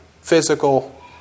Physical